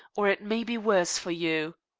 or it may be worse for you.